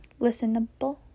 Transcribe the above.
Listenable